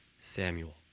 Samuel